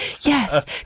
Yes